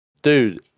Dude